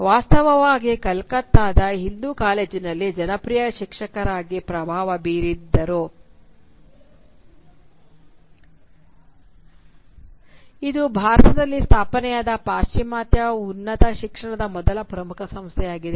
ವಾಸ್ತವವಾಗಿ ಕಲ್ಕತ್ತಾದ ಹಿಂದೂ ಕಾಲೇಜಿನಲ್ಲಿ ಜನಪ್ರಿಯ ಶಿಕ್ಷಕರಾಗಿ ಪ್ರಭಾವ ಬೀರಿದ್ದರು ಇದು ಭಾರತದಲ್ಲಿ ಸ್ಥಾಪನೆಯಾದ ಪಾಶ್ಚಿಮಾತ್ಯ ಉನ್ನತ ಶಿಕ್ಷಣದ ಮೊದಲ ಪ್ರಮುಖ ಸಂಸ್ಥೆಯಾಗಿದೆ